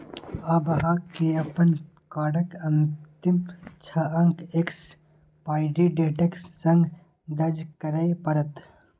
आब अहां के अपन कार्डक अंतिम छह अंक एक्सपायरी डेटक संग दर्ज करय पड़त